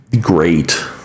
great